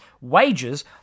wages